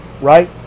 right